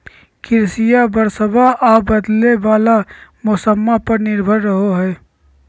कृषिया बरसाबा आ बदले वाला मौसम्मा पर निर्भर रहो हई